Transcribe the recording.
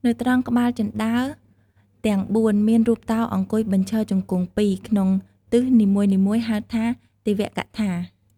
នៅត្រង់ក្បាលជណ្តើរទាំង ៤ មានរូបតោអង្គុយបញ្ឈរជង្គង់ពីរ ក្នុងទិសនីមួយៗហៅថា ទេវកថា ។